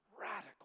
radical